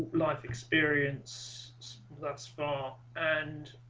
la experience last fall and